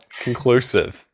conclusive